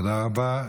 תודה רבה.